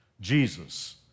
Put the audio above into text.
Jesus